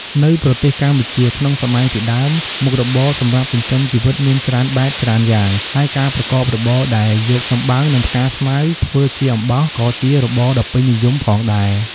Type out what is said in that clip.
នៅប្រទេសកម្ពុជាក្នុងសម័យពីដើមមុខរបរសម្រាប់ចិញ្ចឺមជីវិតមានច្រើនបែបច្រើនយ៉ាងហើយការប្រកបរបរដែលយកចំបើងនិងផ្កាស្មៅធ្វើជាអំបោសក៏ជារបរដ៏ពេញនិយមផងដែរ។